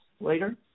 later